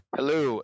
Hello